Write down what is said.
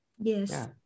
Yes